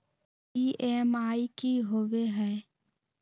EMI की होवे है?